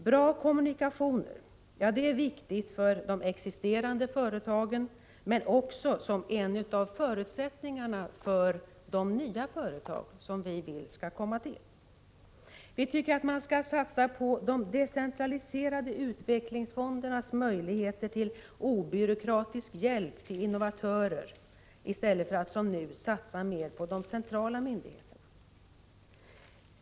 Bra kommunikationer är viktigt för de existerande företagen men också som en av förutsättningarna för de nya företag som vi vill skall komma till. Vi tycker att man skall satsa på de decentraliserade utvecklingsfondernas möjligheter till obyråkratisk hjälp till innovatörer i stället för att som nu satsa mer på de centrala myndigheterna.